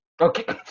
okay